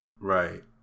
Right